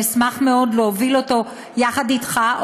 ואני אשמח מאוד להוביל אותו יחד אתך,